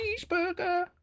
Cheeseburger